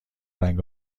رنگ